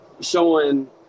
showing